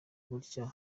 gutya